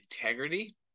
integrity